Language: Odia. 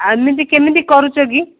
ଏମିତି କେମିତି କରୁଛ କି